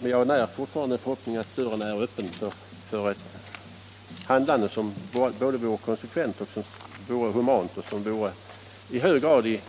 Men jag när fortfarande förhoppningen att dörren står öppen för ett handlande som är konsekvent och humant och i hög grad i